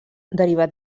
derivat